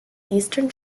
eastern